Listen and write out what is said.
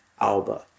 Alba